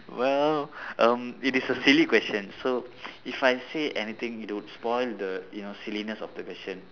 well um it is a silly question so if I say anything it would spoil the you know silliness of the question